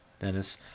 Dennis